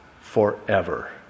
forever